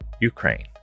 Ukraine